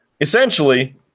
essentially